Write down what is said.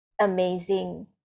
amazing